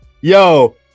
Yo